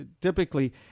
Typically